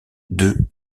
deux